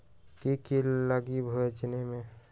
की की लगी भेजने में?